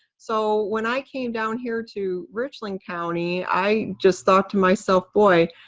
so when i came down here to richland county, i just thought to myself boy,